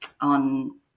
on